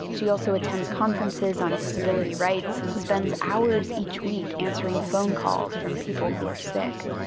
she also attends conferences on disability rights and spends hours each week answering phone calls from people who are sick.